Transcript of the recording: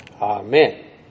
Amen